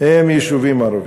הם יישובים ערביים.